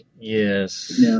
Yes